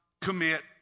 commit